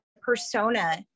persona